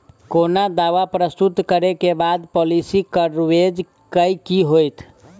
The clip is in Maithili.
कोनो दावा प्रस्तुत करै केँ बाद पॉलिसी कवरेज केँ की होइत?